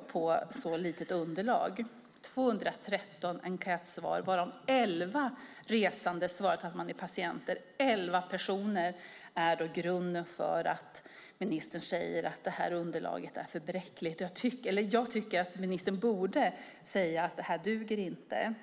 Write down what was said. på ett så litet underlag som 213 enkätsvar, varav 11 resande har svarat att man är patienter. 11 personer är alltså grunden för att ministern säger att underlaget är för bräckligt. Jag tycker att ministern borde säga att det här duger inte!